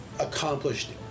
accomplished